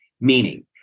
meaning